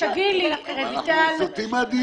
--- אנחנו סוטים מהדיון.